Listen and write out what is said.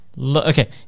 Okay